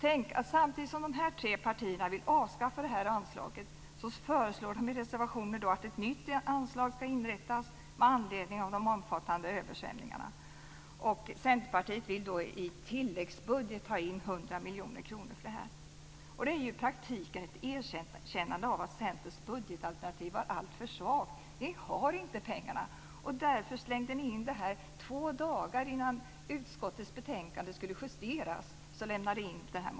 Tänk att de här tre partierna samtidigt som de vill avskaffa detta anslag föreslår i reservationer att ett nytt anslag ska inrättas med anledning av de omfattande översvämningarna! Centerpartiet vill i tilläggsbudget ha in 100 miljoner kronor för detta. Det är i praktiken ett erkännande av att Centerns budgetalternativ var alltför svagt.